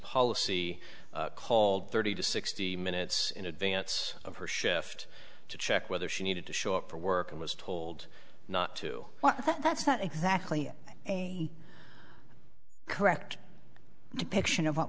policy called thirty to sixty minutes in advance of her shift to check whether she needed to show up for work and was told not to well that's not exactly a correct depiction of what